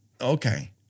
okay